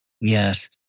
Yes